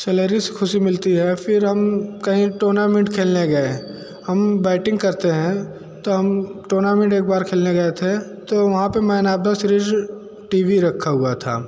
salary से ख़ुशी मिलती है फिर हम कहीं टूर्नामेंट खेलने गए हैं हम बैटिंग करते हैं तो हम टूर्नामेंट एक बार खेलने गए थे तो वहाँ पर man of the series T V रखा हुआ था